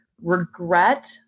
regret